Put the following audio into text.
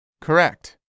correct